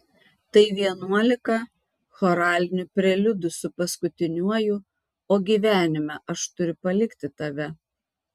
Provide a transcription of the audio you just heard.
tai vienuolika choralinių preliudų su paskutiniuoju o gyvenime aš turiu palikti tave